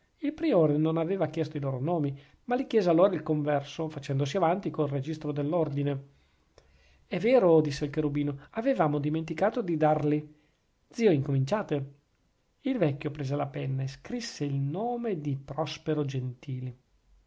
il priore non aveva chiesto i loro nomi ma li chiese allora il converso facendosi avanti col registro dell'ordine è vero disse il cherubino avevamo dimenticato di darli zio incominciate il vecchio prese la penna e scrisse il nome di prospero gentili